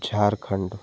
Jharkhand